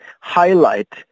highlight